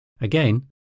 Again